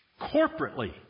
Corporately